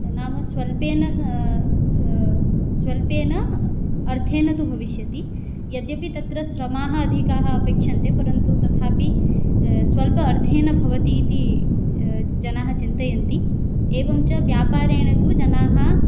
नाम स्वल्पेन स्वल्पेन अर्थेन तु भविष्यति यद्यपि तत्र श्रमाः अधिकाः अपेक्षन्ते परन्तु तथापि स्वल्प अर्थेन भवति इति जनाः चिन्तयन्ति एवं च व्यापारेण तु जनाः